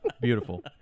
beautiful